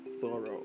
thorough